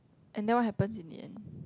and that one happen in the end